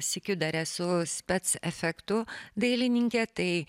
sykiu dar esu spec efektų dailininkė tai